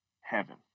heaven